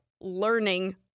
learning